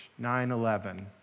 911